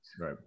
right